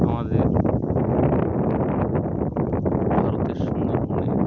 আমাদের ভারতের সুন্দরবনে